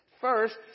first